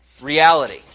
reality